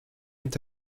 est